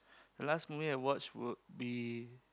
last movie I watch would be